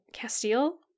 Castile